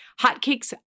Hotcakes